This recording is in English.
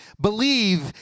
believe